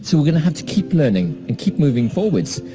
so we're gonna have to keep learning and keep moving forwards.